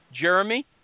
jeremy